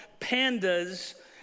PANDAS